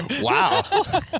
Wow